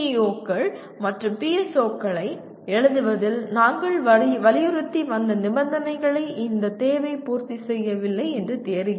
PEO கள் மற்றும் PSO களை எழுதுவதில் நாங்கள் வலியுறுத்தி வந்த நிபந்தனைகளை இந்த தேவை பூர்த்தி செய்யவில்லை என்று தெரிகிறது